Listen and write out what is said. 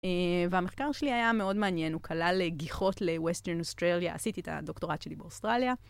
אה.... והמחקר שלי היה מאוד מעניין, הוא כלל גיחות לווסטרן אוסטרליה, עשיתי את הדוקטורט שלי באוסטרליה.